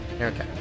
Okay